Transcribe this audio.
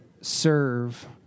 serve